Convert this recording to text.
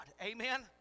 Amen